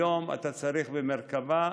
היום אתה צריך במרכב"ה.